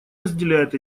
разделяет